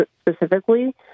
specifically